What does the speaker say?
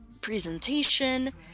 presentation